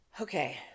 Okay